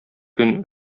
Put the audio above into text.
көн